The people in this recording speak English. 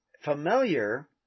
familiar